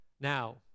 Now